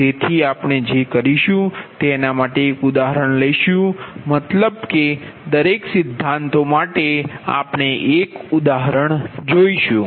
તેથી આપણે જે કરીશું તેના માટે એક ઉદાહરણ લઈશું મતલબ કે દરેક સિદ્ધાંતો માટે આપણે એક ઉદાહરણ જોશું